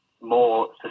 more